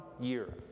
year